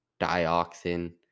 dioxin